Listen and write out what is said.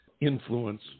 influence